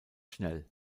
schnell